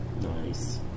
Nice